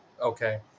okay